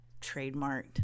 trademarked